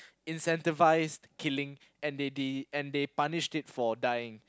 incentivize killing and they de~ and they punished it for dying